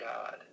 God